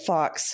Fox